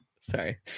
Sorry